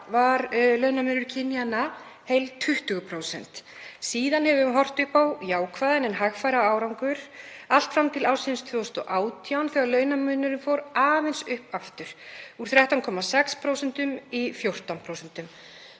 var launamunur kynjanna heil 20%. Síðan höfum við horft upp á jákvæðan en hægfara árangur allt fram til ársins 2018 þegar launamunurinn fór aðeins upp aftur, úr 13,6% í 14%.